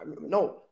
No